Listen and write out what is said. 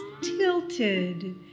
tilted